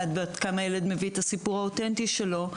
ועד כמה ילד מביא את הסיפור האותנטי שלו,